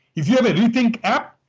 if you have a rethink app,